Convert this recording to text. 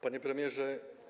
Panie Premierze!